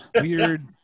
weird